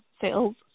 sales